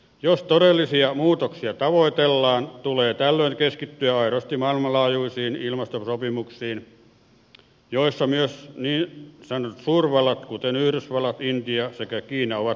jos todellisia muutoksia tavoitellaan tulee tällöin keskittyä aidosti maailmanlaajuisiin ilmastosopimuksiin joissa myös niin sanotut suurvallat kuten yhdysvallat intia sekä kiina ovat mukana